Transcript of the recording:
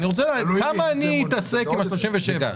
כמה אני אתעסק עם 37 שקל?